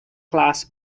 class